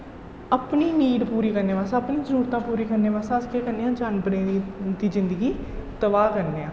अपनी नीड पूरी करने बास्तै अस अपनी जरूरतां पूरी करने बास्तै अस केह् करने आं जानवरें दी जिंदगी तबाह् करने आं